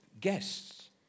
guests